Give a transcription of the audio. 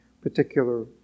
particular